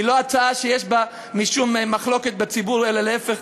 לא הצעה שיש בה משום מחלוקת בציבור אלא להפך,